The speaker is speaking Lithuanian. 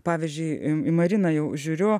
pavyzdžiui į mariną jau žiūriu